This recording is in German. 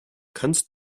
kannst